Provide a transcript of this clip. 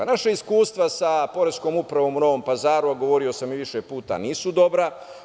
Naša iskustva sa poreskom upravom u Novom Pazaru, a govorio sam i više puta, nisu dobra.